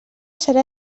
serà